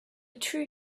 true